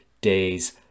days